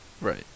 Right